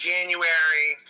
January